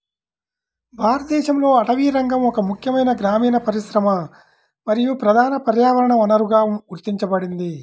భారతదేశంలో అటవీరంగం ఒక ముఖ్యమైన గ్రామీణ పరిశ్రమ మరియు ప్రధాన పర్యావరణ వనరుగా గుర్తించబడింది